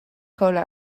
cola